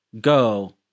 go